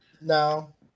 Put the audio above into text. No